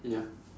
ya